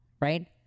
right